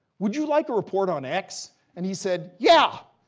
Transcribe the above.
would you like a report on x? and he said, yeah.